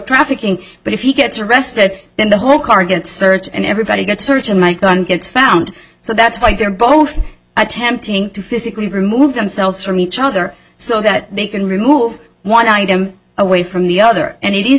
trafficking but if he gets arrested then the whole car gets searched and everybody gets search and my gun gets found so that's why they're both attempting to physically remove themselves from each other so that they can remove one item away from the other and it is